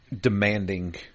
demanding